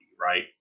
right